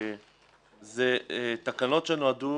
אלו תקנות שנועדו